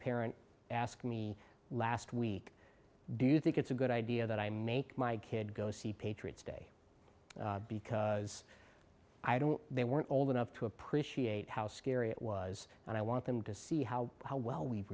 parent ask me last week do you think it's a good idea that i make my kid go see patriots day because i don't they weren't old enough to appreciate how scary it was and i want them to see how how well we